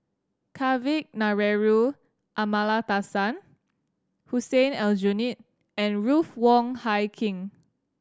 Kavignareru Amallathasan Hussein Aljunied and Ruth Wong Hie King